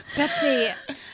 Betsy